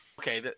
okay